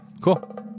cool